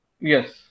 Yes